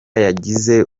yagize